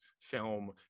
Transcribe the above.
film